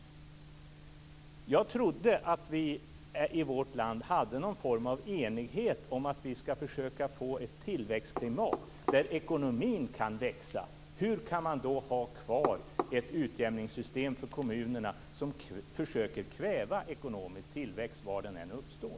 Jag trodde att vi i vårt land hade någon form av enighet om att vi skall försöka få ett tillväxtklimat där ekonomin kan växa. Hur kan man då ha kvar ett utjämningssystem för kommunerna som försöker kväva ekonomisk tillväxt var den än uppstår?